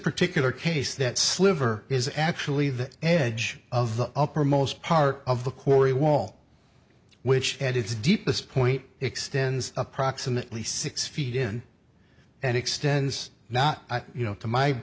particular case that sliver is actually the edge of the upper most part of the quarry wall which at its deepest point extends approximately six feet in and extends not you know to my